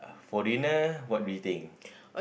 for dinner what do you think